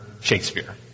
Shakespeare